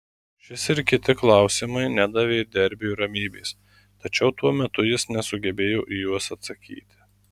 šis ir kiti klausimai nedavė derbiui ramybės tačiau tuo metu jis nesugebėjo į juos atsakyti